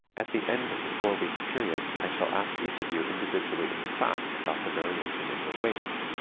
at the end of the four weeks' period i shall ask each of you individually in the class about the variation in your weights,